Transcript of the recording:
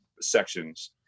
Sections